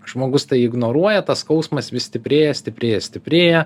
žmogus tai ignoruoja tas skausmas vis stiprėja stiprėja stiprėja